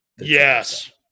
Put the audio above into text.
Yes